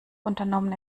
unternommen